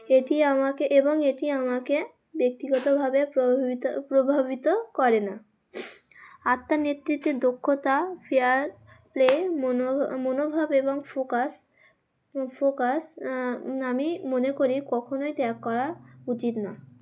এটি আমাকে এবং এটি আমাকে ব্যক্তিগতভাবে প্রভাবিত প্রভাবিত করে না আত্মার নেতৃত্বে দক্ষতা ফেয়ার প্লে মনো মনোভাব এবং ফোকাস ফোকাস আমি মনে করি কখনোই ত্যাগ করা উচিত না